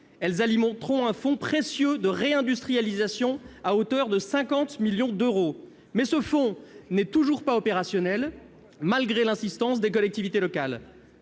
Elles alimenteront un fonds précieux de réindustrialisation, à hauteur de 50 millions d'euros. Toutefois, ce fonds n'est toujours pas opérationnel, malgré l'insistance des collectivités locales.